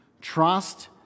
Trust